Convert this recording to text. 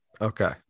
Okay